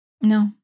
No